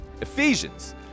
Ephesians